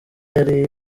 yari